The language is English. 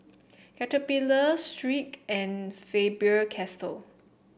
Caterpillar Schick and Faber Castell